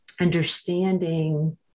understanding